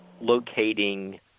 locating